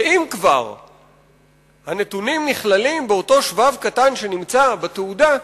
שאם כבר הנתונים נכללים באותו שבב קטן שנמצא בתעודה,